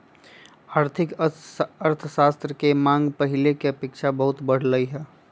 आर्थिक अर्थशास्त्र के मांग पहिले के अपेक्षा बहुते बढ़लइ ह